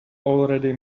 already